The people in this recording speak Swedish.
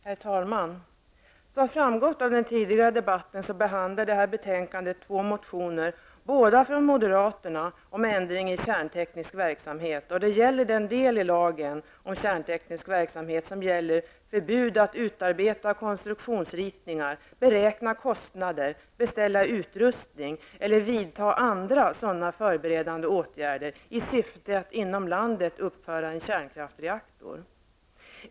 Herr talman! Som framgått av den tidigare debatten så behandlas i detta betänkande två motioner, båda från moderaterna, om ändring i kärnteknisk verksamhet. Det handlar om den del i lagen om kärnteknisk verksamhet som gäller förbud att utarbeta konstruktionsritningar, beräkna kostnader, beställa utrustning eller vidta andra sådana förberedande åtgärder i syfte att inom landet uppföra en kärnkraftsreaktor.